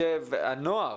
הנוער